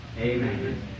Amen